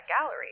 gallery